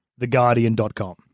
theguardian.com